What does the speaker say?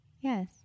yes